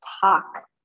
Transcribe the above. talk